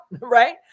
Right